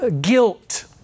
guilt